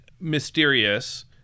mysterious